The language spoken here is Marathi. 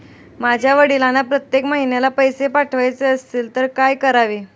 माझ्या वडिलांना प्रत्येक महिन्याला पैसे पाठवायचे असतील तर काय करावे?